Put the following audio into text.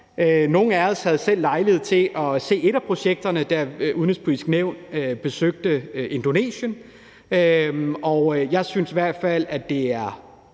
Nogle af os havde selv lejlighed til at se et af projekterne, da Det Udenrigspolitiske Nævn besøgte Indonesien, og jeg synes i hvert fald, at det –